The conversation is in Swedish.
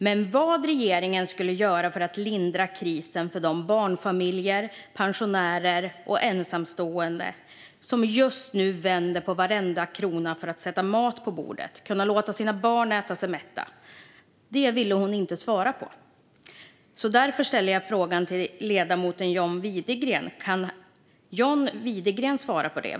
Men vad regeringen skulle göra för att lindra krisen för de barnfamiljer, pensionärer och ensamstående som just nu vänder på varenda krona för att kunna sätta mat på bordet och låta sina barn äta sig mätta ville hon inte svara på. Därför vill jag fråga ledamoten John Widegren om han kan svara på detta.